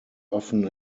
often